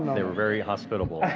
they were very hospitable.